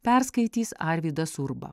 perskaitys arvydas urba